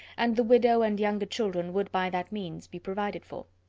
and the widow and younger children would by that means be provided for.